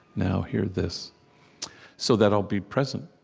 now. here. this so that i'll be present